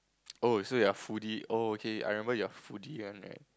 oh so you're foodie oh okay I remember you're foodie one right